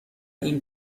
این